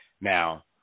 Now